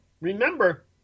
Remember